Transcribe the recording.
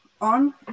on